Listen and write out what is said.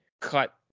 cut